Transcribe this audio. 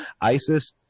ISIS